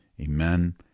amen